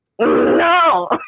no